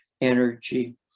energy